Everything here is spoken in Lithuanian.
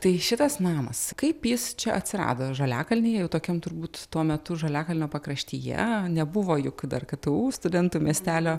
tai šitas namas kaip jis čia atsirado žaliakalnyje jau tokiam turbūt tuo metu žaliakalnio pakraštyje nebuvo juk dar ktu studentų miestelio